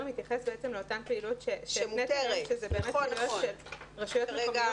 מתייחס לאותה פעילות שמותרת של רשויות מקומיות,